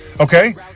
okay